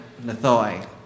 Nathoi